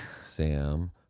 Sam